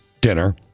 dinner